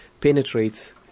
penetrates